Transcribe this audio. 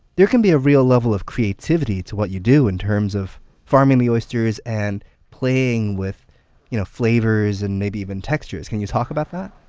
there can be a real level of creativity to what you do, in terms of farming the oysters and playing with you know flavors, and maybe even textures? can you talk about that?